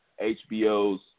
HBO's